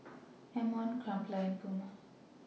M one Crumpler and Puma